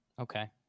Okay